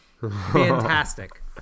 fantastic